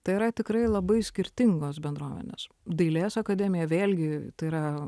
tai yra tikrai labai skirtingos bendruomenės dailės akademija vėlgi tai yra